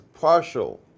partial